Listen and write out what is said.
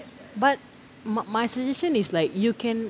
but my my suggestion is like you can